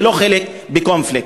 ולא חלק בקונפליקט.